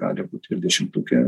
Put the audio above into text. gali būti ir dešimtuke